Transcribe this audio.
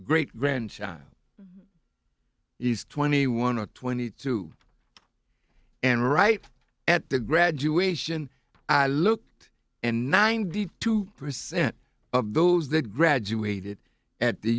great grandchild is twenty one or twenty two and right at the graduation i looked and nine d two percent of those that graduated at the